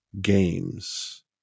Games